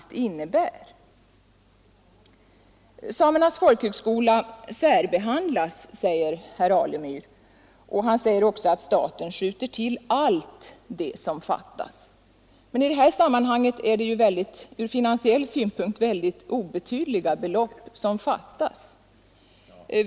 Herr Alemyr sade att Samernas folkhögskola särbehandlas och att staten skjuter till allt som fattas, men från finansiell synpunkt är det mycket obetydliga belopp som fattas.